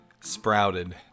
sprouted